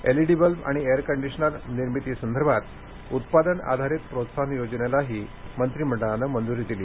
LED bulb आणि air conditioner निर्मितीसंदर्भात उत्पादन आधारित प्रोत्साहन योजनेलाही केंद्रीय मंत्रीमंडळानं मंजुरी दिली